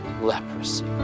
leprosy